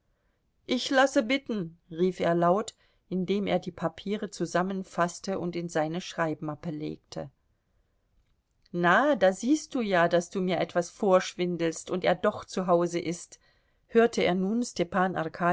ich lasse bitten rief er laut indem er die papiere zusammenfaßte und in seine schreibmappe legte na da siehst du ja daß du mir etwas vorschwindelst und er doch zu hause ist hörte er nun stepan